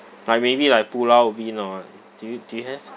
like maybe like pulau ubin or do you do you have